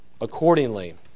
accordingly